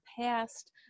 past